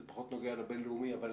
זה פחות נוגע לבין-לאומי, אבל